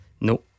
No